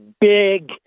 big